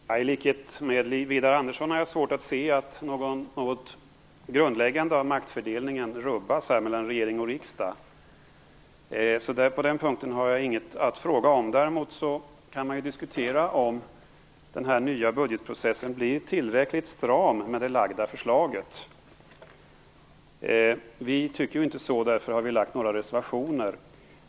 Herr talman! I likhet med Widar Andersson har jag svårt att se att något grundläggande rubbas i maktfördelningen mellan regering och riksdag, så på den punkten har jag inget att fråga om. Däremot kan man diskutera om den nya budgetprocessen blir tillräckligt stram med det här budgetförslaget. Vi tycker inte det, och därför har vi några reservationer.